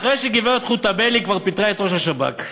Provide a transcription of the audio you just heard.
אחרי שגברת חוטובלי כבר פיטרה את ראש השב"כ,